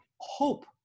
hope